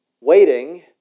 waiting